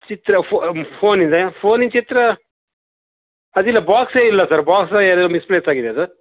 ಚಿತ್ರ ಫೋನಿಂದಾ ಫೋನಿನ ಚಿತ್ರ ಅದಿಲ್ಲ ಬಾಕ್ಸೇ ಇಲ್ಲ ಸರ್ ಬಾಕ್ಸು ಎಲ್ಲೋ ಮಿಸ್ಪ್ಲೇಸ್ ಆಗಿದೆ ಅದು